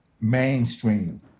mainstream